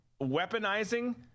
weaponizing